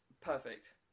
perfect